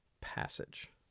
passage